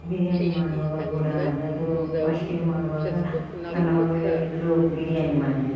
ಬಿರಿಯಾನಿ ಮಾಡುವಾಗ ಕೂಡ ಅದು ಫಸ್ಟಿಗೆ ಮಾಡುವಾಗ ನನ್ನ ಮಗಳು ಹೇಳಿದ್ಲು ಬಿರಿಯಾನಿ ಮಾಡಿ